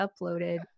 uploaded